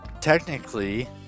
technically